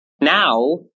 Now